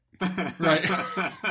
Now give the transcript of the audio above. right